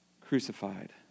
crucified